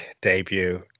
debut